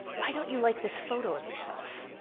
why don't you like this photo of yourself?